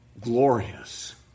glorious